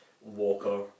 Walker